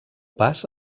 pas